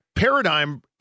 Paradigm